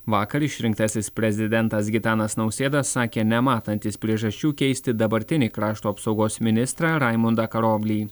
vakar išrinktasis prezidentas gitanas nausėda sakė nematantis priežasčių keisti dabartinį krašto apsaugos ministrą raimundą karoblį